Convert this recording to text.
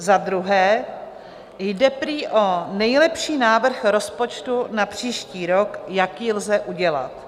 Za druhé, jde prý o nejlepší návrh rozpočtu na příští rok, jaký lze udělat.